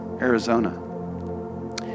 Arizona